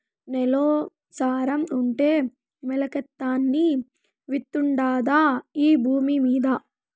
నేల్లో సారం ఉంటే మొలకెత్తని విత్తుండాదా ఈ భూమ్మీద